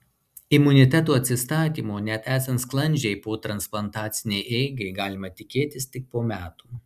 imuniteto atsistatymo net esant sklandžiai potransplantacinei eigai galima tikėtis tik po metų